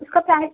उसका प्राई